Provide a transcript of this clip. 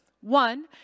One